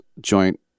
joint